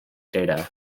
data